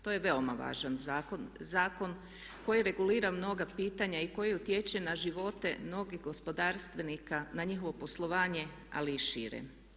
To je veoma važan zakon, zakon koji regulira mnoga pitanja i koji utječe na živote mnogih gospodarstvenika, na njihovo poslovanje ali i šire.